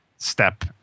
step